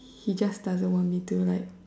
he just doesn't want me to like